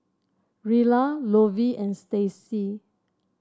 Rella Lovie and Stacy